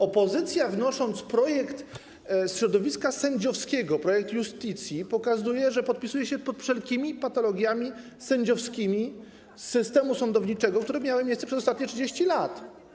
Opozycja, wnosząc projekt środowiska sędziowskiego, projekt Iustitii, pokazuje, że podpisuje się pod wszelkimi patologiami sędziowskimi systemu sądowniczego, które miały miejsce przez ostatnie 30 lat.